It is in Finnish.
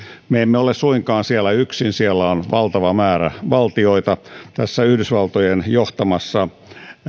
me emme ole suinkaan siellä yksin siellä on valtava määrä valtioita tässä yhdysvaltojen johtamassa